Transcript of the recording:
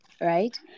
right